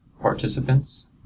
participants